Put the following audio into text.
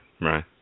right